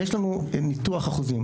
יש לנו ניתוח אחוזים.